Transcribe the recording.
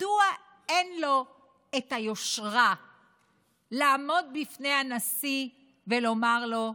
מדוע אין לו את היושרה לעמוד בפני הנשיא ולומר לו: